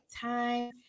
time